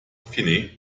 fine